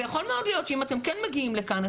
ויכול מאוד להיות שאם אתם כן מגיעים לכאן,